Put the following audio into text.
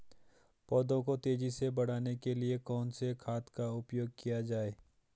पौधों को तेजी से बढ़ाने के लिए कौन से खाद का उपयोग किया जाए?